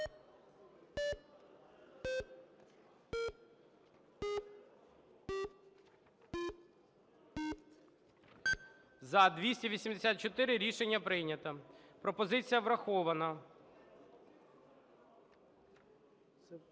За-284 Рішення прийнято, пропозиція врахована.